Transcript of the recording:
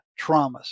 traumas